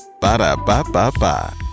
Ba-da-ba-ba-ba